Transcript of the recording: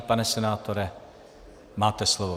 Pane senátore, máte slovo.